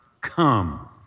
come